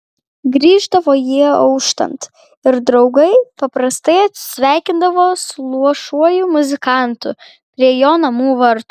grįždavo jie auštant ir draugai paprastai atsisveikindavo su luošuoju muzikantu prie jo namų vartų